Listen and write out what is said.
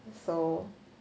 so